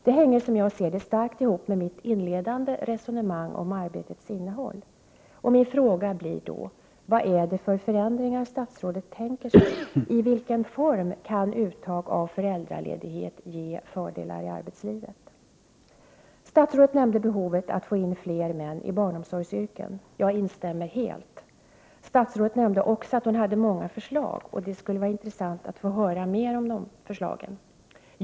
Det hänger, som jag ser det, starkt ihop med mitt inledande resonemang om arbetets innehåll. Min fråga blir då: Vad är det för förändringar statsrådet tänker sig? I vilken form kan uttag av föräldraledighet ge fördelar i arbetslivet? Statsrådet nämnde behovet att få in fler män i barnomsorgsyrken. Jag instämmer helt. Statsrådet nämnde också att hon hade många förslag. Det skulle vara intressant att få höra mer om dessa.